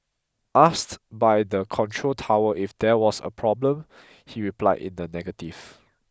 asked by the control tower if there was a problem he replied in the negative